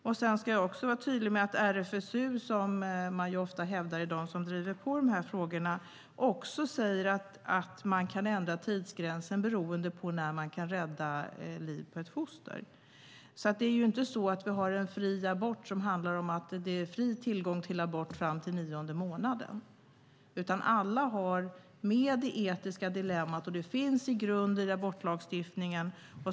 Jag ska också vara tydlig med att RFSU, som man ofta hävdar är de som driver på i de här frågorna, också säger att man kan ändra tidsgränsen beroende på när man kan rädda livet på ett foster. Vi har alltså inte en fri abort med fri tillgång till abort fram till nionde månaden. Alla har med det etiska dilemmat, och det finns med som grund i abortlagstiftningen.